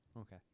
Okay